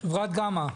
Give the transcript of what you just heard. חברת גמא.